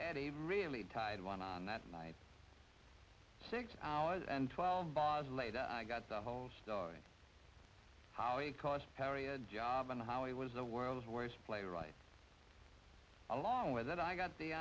and a really tight one on that night six hours and twelve bars later i got the whole story how it cost perry a job and how he was the world's worst player right along with it i got the